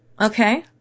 okay